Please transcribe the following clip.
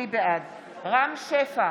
רם שפע,